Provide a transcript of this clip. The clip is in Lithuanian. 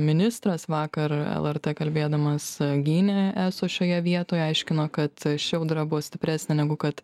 ministras vakar lrt kalbėdamas gynė eso šioje vietoje aiškino kad ši audra buvo stipresnė negu kad